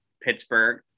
Pittsburgh